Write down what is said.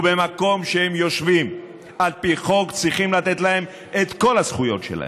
ובמקום שהם יושבים על פי חוק צריכים לתת להם את כל הזכויות שלהם.